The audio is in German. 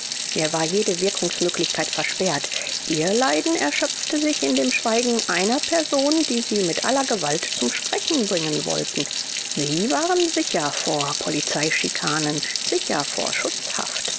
mir war jede wirkungsmöglichkeit versperrt ihr leiden erschöpfte sich in dem schweigen einer person die sie mit aller gewalt zum sprechen bringen wollten sie waren sicher vor polizeischikanen sicher vor schutzhaft